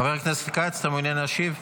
חבר הכנסת כץ, אתה מעוניין להשיב?